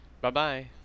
Bye-bye